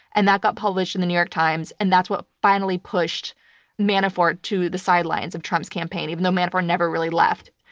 and that got published in the new york times, and that's what finally pushed manafort to the sidelines of trump's campaign, even though manafort never really left.